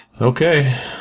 Okay